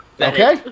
Okay